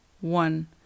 one